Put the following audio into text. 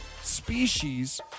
species